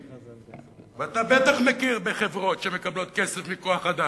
ואתה בטח מכיר בחברות שמקבלות כסף מכוח-אדם,